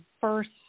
first